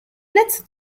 let’s